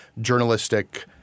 journalistic